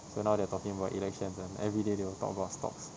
so now they're talking about elections kan every day they will talk about stocks